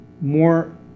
more